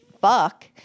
fuck